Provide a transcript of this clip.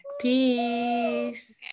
Peace